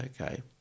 Okay